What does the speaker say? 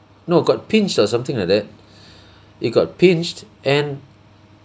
no got pinched or something like that it got pinched and